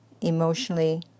emotionally